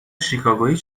شیکاگویی